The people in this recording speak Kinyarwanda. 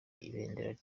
ibendera